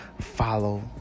follow